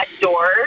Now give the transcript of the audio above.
doors